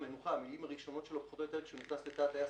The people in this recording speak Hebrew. המילים הראשונות של הקברניט כשהוא נכנס לתא הטייס,